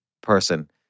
person